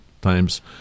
times